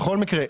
בכל מקרה,